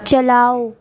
چلاؤ